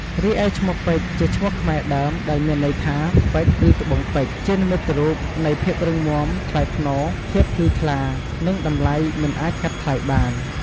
រីឯឈ្មោះពេជ្រ ជាឈ្មោះខ្មែរដើម ដែលមានន័យថា ពេជ្រ ឬ ត្បូងពេជ្រ ជានិមិត្តរូបនៃភាពរឹងមាំ ថ្លៃថ្នូរ ភាពភ្លឺថ្លា និងតម្លៃមិនអាចកាត់ថ្លៃបាន។